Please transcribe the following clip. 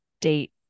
date